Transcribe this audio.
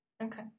okay